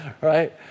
right